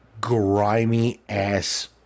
grimy-ass